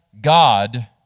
God